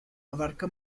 abarca